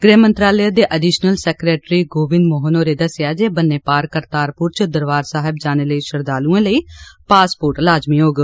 गृह मंत्रालय च अडिशनल सैक्रेटरी गोविंद मोहन होरें दस्सेआ जे ब'न्ने पार करतारपुर च दरबार साहिब जाने लेई श्रद्वालुए लेई पासपोर्ट लाज़मी होग